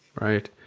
Right